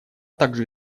также